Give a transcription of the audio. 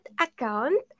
account